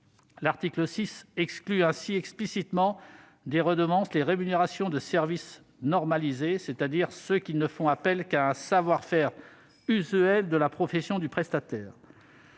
L'article 6 exclut ainsi explicitement des redevances les rémunérations de services « normalisés », c'est-à-dire ceux qui ne font appel qu'au savoir-faire usuel de la profession du prestataire.